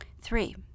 three